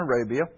Arabia